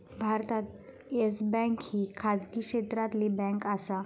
भारतात Yes Bank ही खाजगी क्षेत्रातली बँक आसा